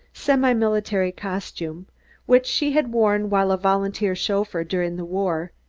semi-military costume which she had worn while a volunteer chauffeur during the war,